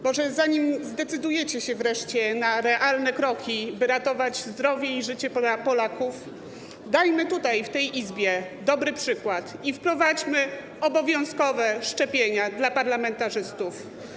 Może zanim zdecydujecie się wreszcie na realne kroki, by ratować zdrowie i życie Polaków, dajmy w tej Izbie dobry przykład i wprowadźmy obowiązkowe szczepienia dla parlamentarzystów.